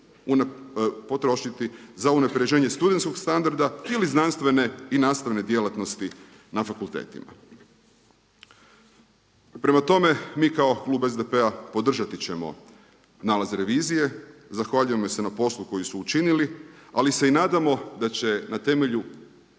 potrošiti za unapređenje studentskog standarda ili znanstvene i nastavne djelatnosti na fakultetima. Prema tome, mi kao klub SDP-a podržati ćemo nalaz revizije. Zahvaljujemo joj se na poslu koji su učinili, ali se i nadamo da će na temelju